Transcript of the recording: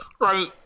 Right